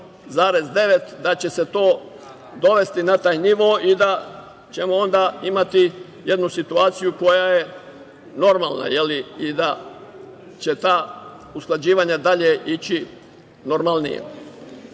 od 5,9% to dovesti na taj nivo i da ćemo onda imati jednu situaciju koja je normalna i da će ta usklađivanja dalje ići normalnije. Radi